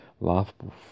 laughable